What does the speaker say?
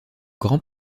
grand